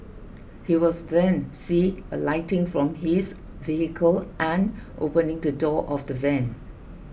he was then see alighting from his vehicle and opening the door of the van